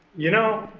you know,